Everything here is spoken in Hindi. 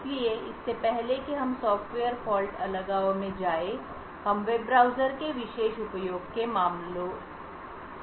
इसलिए इससे पहले कि हम सॉफ़्टवेयर फ़ॉल्ट अलगाव में जाएं हम वेब ब्राउज़र के विशेष उपयोग के मामले को देखेंगे